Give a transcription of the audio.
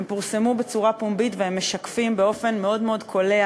הם פורסמו בצורה פומבית והם משקפים באופן מאוד מאוד קולע